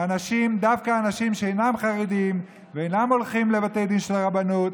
דווקא אנשים שאינם חרדים ואינם הולכים לבתי דין של הרבנות,